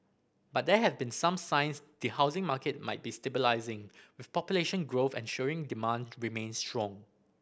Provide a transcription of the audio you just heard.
but there have been some signs the housing market might be stabilising with population growth ensuring demand remains strong